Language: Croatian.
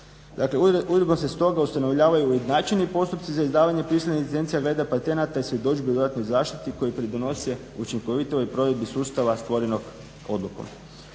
Dakle, uredbom se stoga ustanovljavaju ujednačeni postupci za izdavanje … licencija glede patenata i svjedodžbe o dodatnoj zaštiti koji pridonose učinkovitoj provedbi sustava stvorenog odlukom.